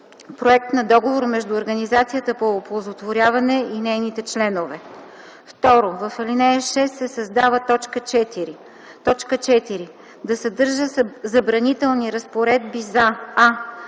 проект на договор между организацията по оползотворяване и нейните членове”. 2. В ал. 6 се създава т. 4: „4. да съдържа забранителни разпоредби за: